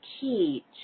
key